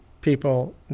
people